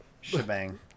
shebang